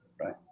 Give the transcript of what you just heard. Right